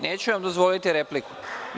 Neću vam dozvoliti repliku.